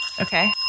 Okay